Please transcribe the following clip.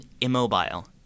immobile